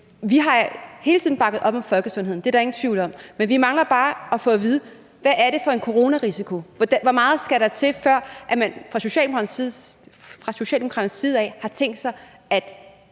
Vi har hele tiden bakket op om folkesundheden, det er der ingen tvivl om, men vi mangler bare at få at vide: Hvad er det for en coronarisiko? Hvor meget skal der til, før man fra Socialdemokraternes side har tænkt sig at